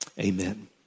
amen